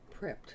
prepped